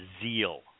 zeal